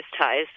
ties